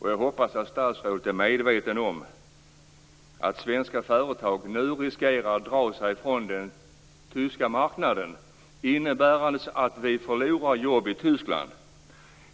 Jag hoppas att statsrådet är medveten om risken att svenska företag nu drar sig ifrån den tyska marknaden, vilket innebär att vi förlorar jobb i Tyskland.